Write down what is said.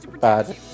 bad